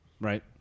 Right